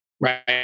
Right